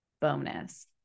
bonus